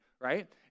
right